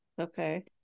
Okay